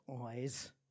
eyes